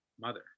mother